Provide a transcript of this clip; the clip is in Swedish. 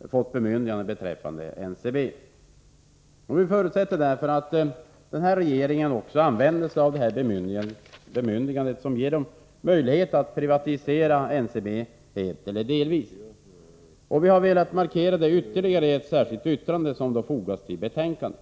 fått bemyndiganden beträffande NCB. Vi förutsätter därför att regeringen nu också använder sig av detta bemyndigande, som ger möjlighet att privatisera NCB helt eller delvis. Vi har velat markera detta ytterligare i ett särskilt yttrande, som fogats till detta betänkande.